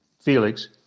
Felix